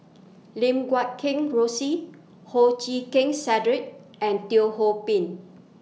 Lim Guat Kheng Rosie Hoo Chee Keng Cedric and Teo Ho Pin